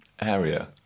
area